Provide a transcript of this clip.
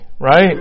right